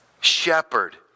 shepherd